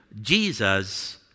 Jesus